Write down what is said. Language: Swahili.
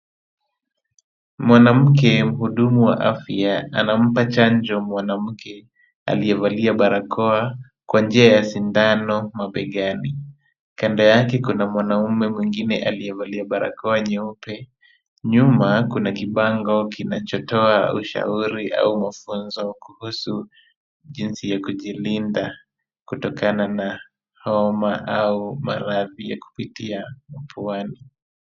Mwanamke mhudumu wa afya anampa chanjo mwanamke aliyevalia barakoa kwa njia ya sindano mabegani. Kando yake kuna mwanaume mwingine aliyevalia barakoa nyeupe. Nyuma kuna kibango kinachotoa ushauri au mafunzo kuhusu jinsi ya kujilinda kutokana na homa au maradhi ya kupitia puani.